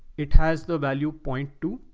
it has the value point two.